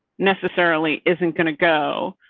necessarily isn't going to go